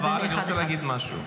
אבל אני רוצה להגיד משהו.